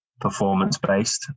performance-based